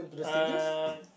uh